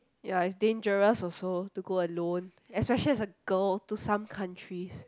ya it's dangerous also to go alone especially as a girl to some countries